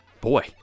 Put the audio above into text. Boy